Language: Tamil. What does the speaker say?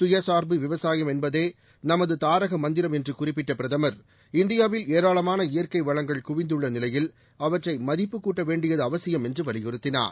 சுயசா்பு விவசாயம் என்பதே நமது தாரக மந்திரம் என்று குறிப்பிட்ட பிரதமா் இந்தியாவில் ஏராளமான இயற்கை வளங்கள் குவிந்துள்ள நிலையில் அவற்றை மதிப்புக்கூட்ட வேண்டியது அவசியம் என்று வலியுறுத்தினார்